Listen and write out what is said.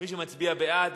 מי שמצביע בעד,